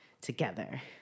together